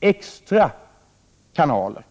extra kanaler.